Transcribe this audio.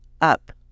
up